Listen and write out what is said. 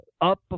up